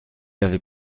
avait